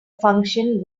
function